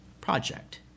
project